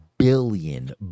billion